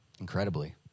Incredibly